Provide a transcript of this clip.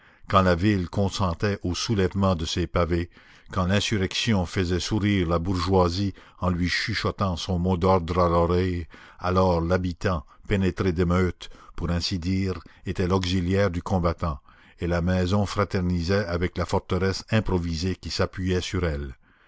quand la ville consentait au soulèvement de ses pavés quand l'insurrection faisait sourire la bourgeoisie en lui chuchotant son mot d'ordre à l'oreille alors l'habitant pénétré d'émeute pour ainsi dire était l'auxiliaire du combattant et la maison fraternisait avec la forteresse improvisée qui s'appuyait sur elle